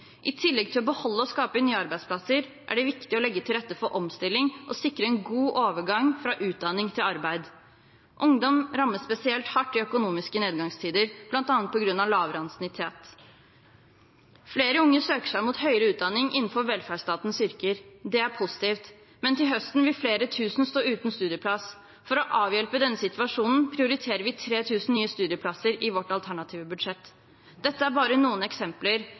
I tillegg til å beholde og skape nye arbeidsplasser er det viktig å legge til rette for omstilling og sikre en god overgang fra utdanning til arbeid. Ungdom rammes spesielt hardt i økonomiske nedgangstider, bl.a. på grunn av lavere ansiennitet. Flere unge søker seg mot høyere utdanning innenfor velferdsstatens yrker. Det er positivt, men til høsten vil flere tusen stå uten studieplass. For å avhjelpe denne situasjonen prioriterer vi 3 000 nye studieplasser i vårt alternative budsjett. Dette er bare noen eksempler,